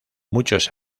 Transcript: muchos